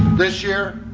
this year,